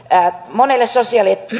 monille sosiaali ja